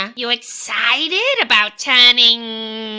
um you excited about turning?